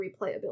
replayability